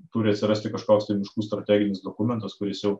turi atsirasti kažkoks tai miškų strateginis dokumentas kuris jau